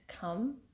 come